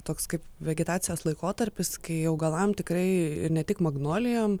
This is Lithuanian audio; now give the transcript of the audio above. toks kaip vegetacijos laikotarpis kai augalam tikrai ne tik magnolijom